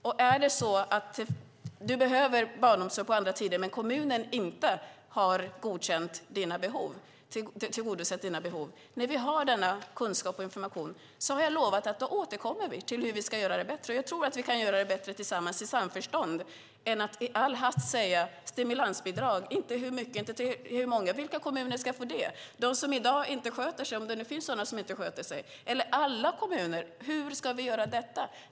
Om det är så att du behöver barnomsorg på andra tider men kommunen inte har tillgodosett dina behov, och vi har denna kunskap och information, har jag lovat att vi återkommer till hur vi ska göra det bättre. Jag tror att vi kan göra det bättre tillsammans i samförstånd än att i all hast säga att vi ska ha stimulansbidrag. Det sägs inte hur mycket det ska vara eller till hur många det ska ges. Vilka kommuner är det? Är det de som i dag inte sköter sig, om det finns sådana som inte sköter sig, eller ska det ges till alla kommuner? Hur ska vi göra detta?